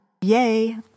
yay